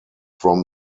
from